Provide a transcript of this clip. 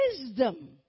wisdom